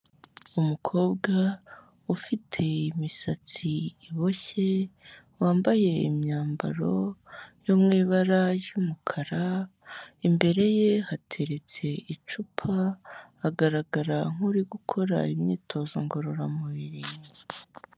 Umukobwa, ufite imisatsi iboshye, wambaye imyambaro yo mu ibara ry'umukara, imbere ye hateretse icupa, agaragara nk'uri gukora imyitozo ngororamubiri.